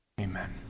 Amen